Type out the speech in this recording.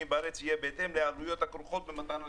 בארץ יהיה בהתאם לעלויות הכרוכות במתן השירותים.